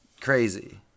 crazy